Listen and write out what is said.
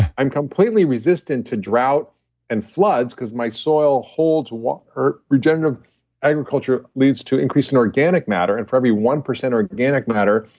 i'm completely resistant to drought and floods because my soil holds water. regenerative agriculture leads to increase in organic matter and for every one percent organic matter,